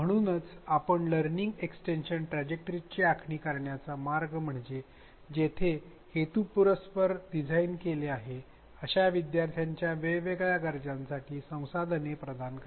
म्हणून आपण learning extension ट्रॅजेक्टरिजची आखणी करण्याचा मार्ग म्हणजे जिथे हे हेतुपुरस्सर डिझाइन केले गेले आहे अशा विद्यार्थ्यांच्या वेगवेगळ्या गरजांसाठी संसाधने प्रदान करणे